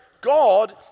God